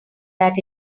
that